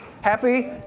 Happy